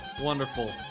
Wonderful